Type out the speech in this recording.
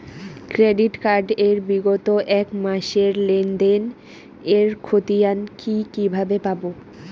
Credit card এর বিগত এক মাসের লেনদেন এর ক্ষতিয়ান কি কিভাবে পাব?